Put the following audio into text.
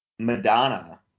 Madonna